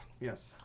Yes